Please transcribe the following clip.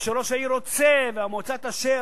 ושראש העיר רוצה והמועצה תאשר,